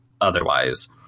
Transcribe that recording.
otherwise